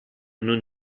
non